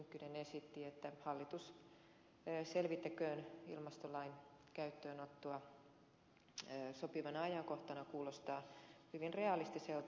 tynkkynen esitti että hallitus selvittäköön ilmastolain käyttöönottoa sopivana ajankohtana kuulostaa hyvin realistiselta